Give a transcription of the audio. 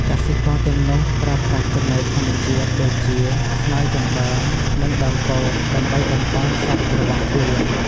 កសិករទាំងនោះប្រើប្រាស់ចំណីធម្មជាតិ ដូចជា ស្មៅ ចំបើង និង ដើមពោត ដើម្បីបំប៉នសត្វរបស់ខ្លួន។